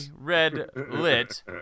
red-lit